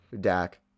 Dak